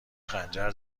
خنجر